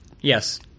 Yes